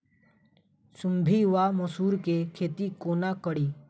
खुम्भी वा मसरू केँ खेती कोना कड़ी?